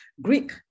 Greek